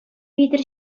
витӗр